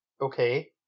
Okay